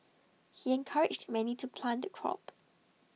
he encouraged many to plant the crop